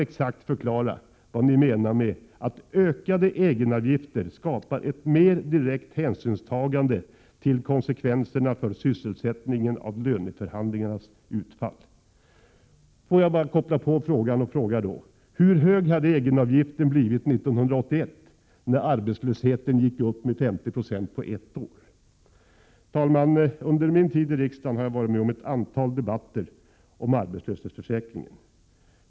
Exakt vad menar ni med ”att ökade egenavgifter skapar ett mer direkt hänsynstagande till konsekvenserna för sysselsättningen av löneförhandlingarnas utfall”. Hur hög hade egenavgiften blivit 1981 när arbetslösheten gick upp med 50 96 på ett år? Herr talman! Under min tid i riksdagen har jag varit med om ett antal debatter om arbetslöshetsförsäkringen.